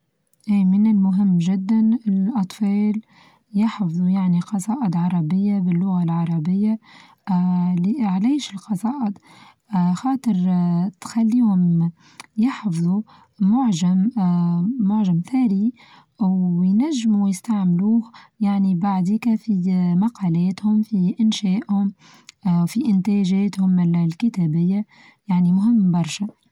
أى من المهم چدا الأطفال يحفظوا يعني قصائد عربية باللغة العربية اه لإعلاش الخصائات اه خاطر تخليهم يحفظروا معجم اه معجم ثري أو ينچموا يستعملوه يعني بعديكا فيه مقالاتهم فيه إنشائها آآ فيه إنتاجاتهم ال-الكتابية يعني مهم برشا.